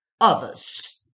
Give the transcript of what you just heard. others